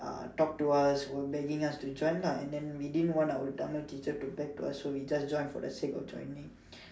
ah talked to us were begging us to join lah and then we didn't want our drama teacher to beg to us to we just join for the sake of joining